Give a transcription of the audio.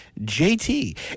JT